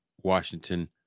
Washington